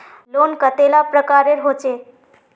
Loan कतेला प्रकारेर होचे?